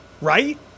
Right